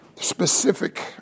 specific